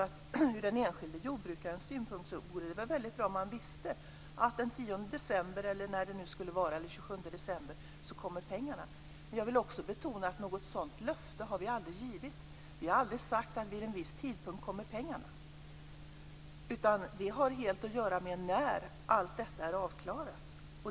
Ur den enskilde jordbrukarens synvinkel vore det bra om han eller hon visste att den 10 eller den 27 december - eller när det nu kan vara - kommer pengarna. Men jag vill också betona att vi har aldrig givit något sådant löfte. Vi har aldrig sagt att pengarna kommer vid en viss tidpunkt. Det har helt att göra med när allt detta är avklarat.